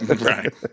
Right